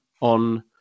on